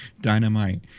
dynamite